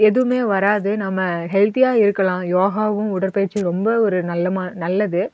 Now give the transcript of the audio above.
எதுவுமே வராது நம்ம ஹெல்த்தியாக இருக்கலாம் யோகாவும் உடற்பயிற்சியும் ரொம்ப ஒரு நல்லமா நல்லது